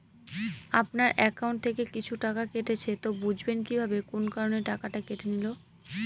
আপনার একাউন্ট থেকে কিছু টাকা কেটেছে তো বুঝবেন কিভাবে কোন কারণে টাকাটা কেটে নিল?